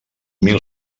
mil